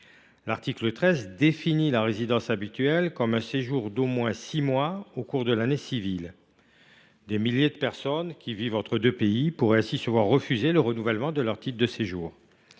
L’article 13 définit la résidence habituelle comme un séjour d’au moins six mois au cours de l’année civile. Des milliers de personnes qui vivent entre deux pays pourraient ainsi se voir refuser le renouvellement de leur titre de séjour.